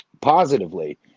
positively